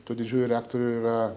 tų didžiųjų reaktorių yra